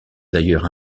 d’ailleurs